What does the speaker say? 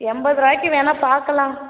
எண்பது ரூபாய்க்கு வேணா பார்க்கலாம்